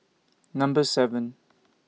Number seven